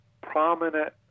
prominent